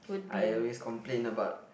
I always complain about